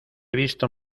visto